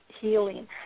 healing